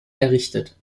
errichtet